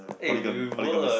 polygom~ polygamous